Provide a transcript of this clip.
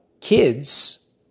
kids